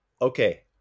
Okay